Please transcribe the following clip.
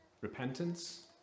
repentance